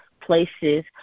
places